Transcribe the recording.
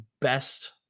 best